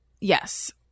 yes